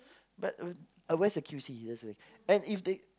but where where's the Q_C that's the thing and if they